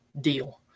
deal